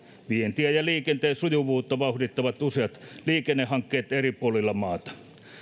vientiä ja liikenteen sujuvuutta vauhdittavat useat liikennehankkeet eri puolilla maata